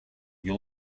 you